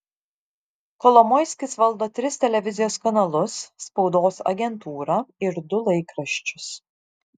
kolomoiskis valdo tris televizijos kanalus spaudos agentūrą ir du laikraščius